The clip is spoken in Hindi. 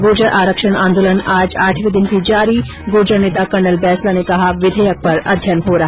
गुर्जर आरक्षण आंदोलन आज आठवें दिन भी जारी गुर्जर नेता कर्नल बैंसला ने कहा विधेयक पर अध्ययन जारी